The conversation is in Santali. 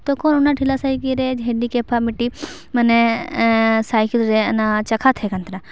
ᱛᱚᱠᱷᱚᱱ ᱚᱱᱟ ᱴᱷᱮᱞᱟ ᱥᱟᱭᱠᱮᱞ ᱨᱮ ᱦᱮᱱᱰᱤᱠᱮᱯ ᱟᱜ ᱢᱤᱫᱴᱤᱡ ᱢᱟᱱᱮ ᱥᱟᱭᱠᱮᱞ ᱨᱮ ᱚᱱᱟ ᱪᱟᱠᱷᱟ ᱛᱟᱦᱮᱱ ᱠᱟᱱ ᱛᱟᱦᱮᱱᱟ